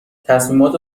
تصمیمات